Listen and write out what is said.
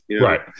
Right